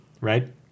Right